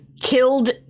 killed